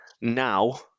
now